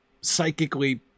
psychically